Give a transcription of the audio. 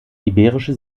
iberische